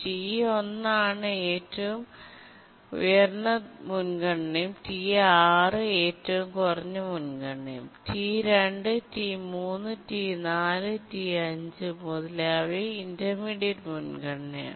T1 ആണ് ഏറ്റവും ഉയർന്ന ത്മുൻഗണനയും T6 ഉം ഏറ്റവും കുറഞ്ഞ മുൻഗണനയും T2 T3 T4 T5 മുതലായവയും ഇന്റർമീഡിയറ്റ് മുൻഗണനയാണ്